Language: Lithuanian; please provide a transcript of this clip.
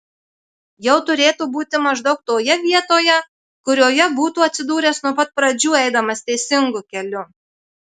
jau turėtų būti maždaug toje vietoje kurioje būtų atsidūręs nuo pat pradžių eidamas teisingu keliu